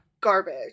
Garbage